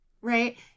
Right